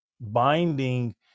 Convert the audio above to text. binding